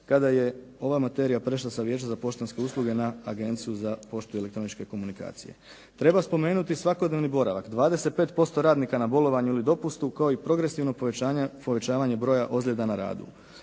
kada je ova materija prešla sa Vijeća za poštanske usluge na Agenciju za poštu i elektroničke komunikacije. Treba spomenuti svakodnevni boravak, 25% radnika na bolovanju ili dopustu kao i progresivno povećavanje broja ozljeda na radu.